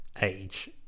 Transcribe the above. age